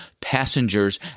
passengers